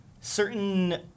certain